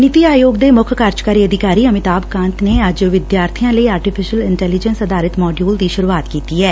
ਨੀਤੀ ਆਯੋਗ ਦੇ ਮੁੱਖ ਕਾਰਜਕਾਰੀ ਅਧਿਕਾਰੀ ਅਮਿਤਾਭ ਕਾਂਤ ਨੇ ਅੱਜ ਵਿਦਿਆਰਥੀਆਂ ਲਈ ਆਰਟੀਫਿਸ਼ਲ ਇਨਟੈਲੀਜੈਸ ਆਧਾਰਿਤ ਮੋਡਿਊਲ ਦੀ ਸੁਰੂਆਤ ਕੀਤੀ ਐ